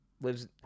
lives